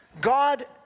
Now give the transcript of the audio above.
God